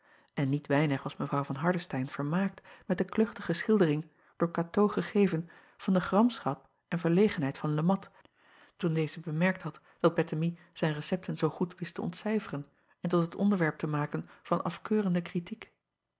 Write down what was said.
en niet weinig was w van ardestein vermaakt met de kluchtige schildering door atoo gegeven van de gramschap en verlegenheid van e at toen deze bemerkt had dat ettemie zijn recepten zoo goed wist te acob van ennep laasje evenster delen ontcijferen en tot het onderwerp te maken van afkeurende kritiek